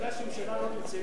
אתה יודע שממשלה לא נמצאת,